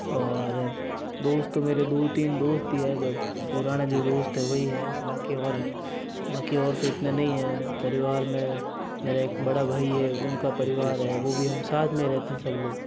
और दोस्त मेरे दो तीन दोस्त ही हैं जो पुरानें जो दोस्त है वही हैं बाकि और बाकि और तो इतने नहीं है परिवार में मेरा एक बड़ा भाई है उनका परिवार है वह भी हम साथ में रहते है सब लोग